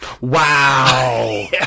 Wow